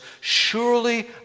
Surely